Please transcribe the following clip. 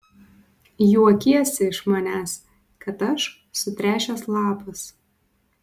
juokiesi iš manęs kad aš sutręšęs lapas